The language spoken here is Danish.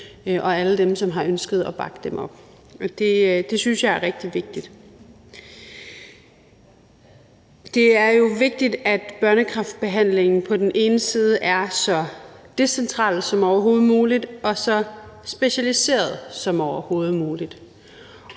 for alle dem, som har ønsket at bakke dem op. Det synes jeg er rigtig vigtigt. Det er jo vigtigt, at børnekræftbehandling på den ene side er så decentral som overhovedet muligt og så specialiseret som overhovedet muligt.